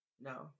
No